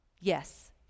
Yes